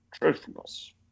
truthfulness